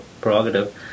prerogative